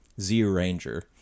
Z-Ranger